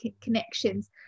connections